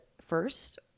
first